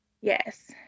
Yes